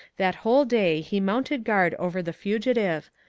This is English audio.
that whole day he mounted guard over the fugitive,